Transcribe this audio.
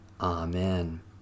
Amen